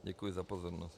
Děkuji za pozornost.